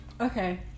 Okay